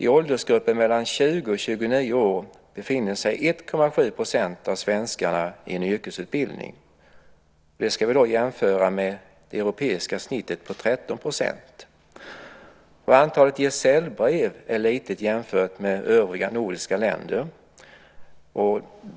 I åldersgruppen 20-29 år befinner sig 1,7 % av svenskarna i en yrkesutbildning. Det ska vi jämföra med det europeiska snittet på 13 %. Antalet gesällbrev är litet jämfört med övriga nordiska länder.